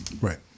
Right